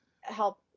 help